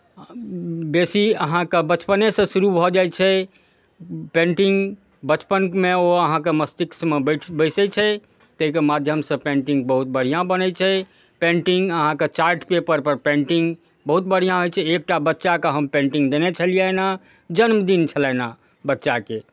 बेसी अहाँके बचपनेसँ शुरू भऽ जाइ छै पेन्टिंग बचपनमे ओ अहाँके मस्तिष्कमे बैठ बैसैत छै ताहिके माध्यमसँ पेन्टिंग बहुत बढ़िआँ बनै छै पेन्टिंग अहाँके चार्ट पेपरपर पेन्टिंग बहुत बढ़िआँ होइ छै एकटा बच्चाके हम पेन्टिंग देने छलियनि हेँ जन्मदिन छलनि हेँ बच्चाके